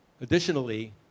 Additionally